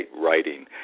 writing